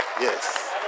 Yes